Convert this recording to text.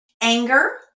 anger